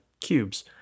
cubes